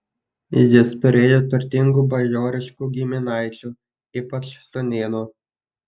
jis turėjo turtingų bajoriškų giminaičių ypač sūnėnų